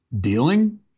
dealing